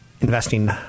investing